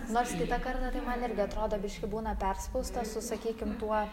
nors kitą kartą tai man irgi atrodo biškį būna perspausta su sakykim tuo